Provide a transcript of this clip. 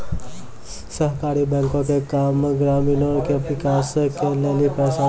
सहकारी बैंको के काम ग्रामीणो के विकास के लेली पैसा देनाय छै